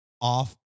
off